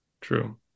true